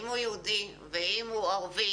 אם הוא יהודי ואם הוא ערבי